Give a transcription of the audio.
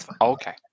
okay